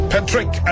Patrick